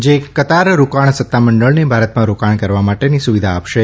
જે કતાર રોકાણ સત્તામંડળને ભારતમાં રોકાણ કરવા માટેની સુવિધા આપશે